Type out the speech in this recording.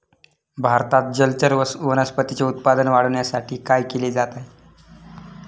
भारतात जलचर वनस्पतींचे उत्पादन वाढविण्यासाठी काय केले जात आहे?